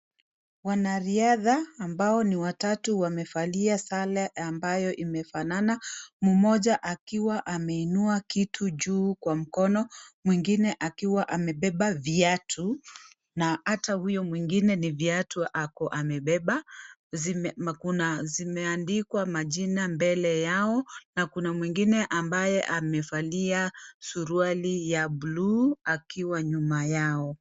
Wanariadha ambao ni watatu wamevalia sare ambayo imefanana, mmoja akiwa ameinua kitu juu kwa mkono, mwingine akiwa amebeba viatu na hata huyo mwingine viatu amebeba kuna zimeandikwa majina mbele yao na kuna mwingine ambaye amevalia suruali ya bluu akiwa nyuma yao.